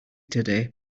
today